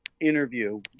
interview